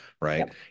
right